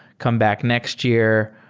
come back next year,